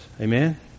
Amen